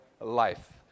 life